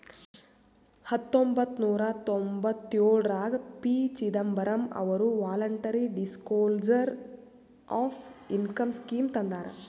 ಹತೊಂಬತ್ತ ನೂರಾ ತೊಂಭತ್ತಯೋಳ್ರಾಗ ಪಿ.ಚಿದಂಬರಂ ಅವರು voluntary disclosure of income scheme ತಂದಾರ